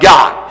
God